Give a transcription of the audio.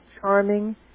charming